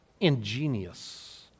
ingenious